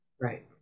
Right